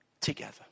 together